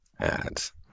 ads